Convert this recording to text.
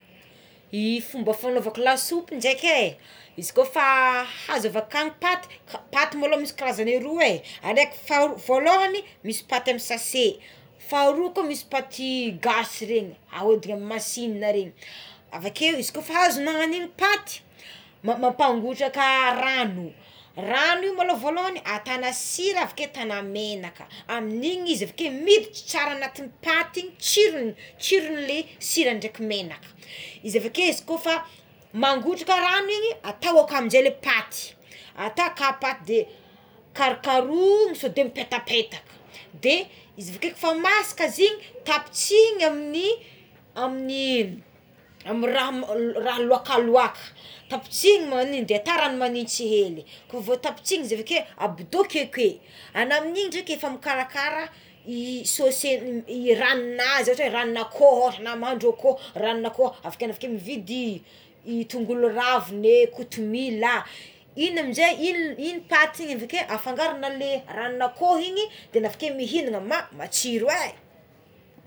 Fombako fanaovako lasopy dreky é izy ko fa aza avy akagny paty maloha misy karazany roa é araiky fa- voalohagny misy paty amign'ny sase faharoa koa misy paty gasy regny ahodigna amigny masinina regny avakeo izy ko fa azanao magnan'igny paty mampagotraka rano rano io malôha volohagny atana sira ave atana menaka amigny igny izy avakeo miditra tsara anaty paty igny tsirogny tsirognle sira ndraiky menaka, izy avakeo izy ko fa mangotraka rano igny atao aka aminjay le paty ata aka paty de karokarohina sao de de petapetaka de izy vekeo ka fa masaka izy igny tapotsihina amigny amigny amign'ny amign raha rah loaka loaka tapotsihiny magnan'igny de tara magnitsy hegny ko vo tapitsihiny izy avake abodoko ake anao igny draiky efa mikarakara i saosy e rano nazy ohata hoe ranonakoho raha mandro akoho ranonakoho aveke navekeo mividy tongolo ravine é kotomilà igny amizay igny igny paty avakeo avekeo afangaronao le ny ranonakoho igny navikeo mihinana nah matsiro é.